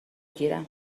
گیرم